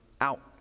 out